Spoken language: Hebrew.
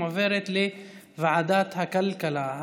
מועברת לוועדת הכלכלה.